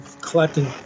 collecting